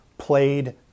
Played